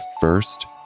first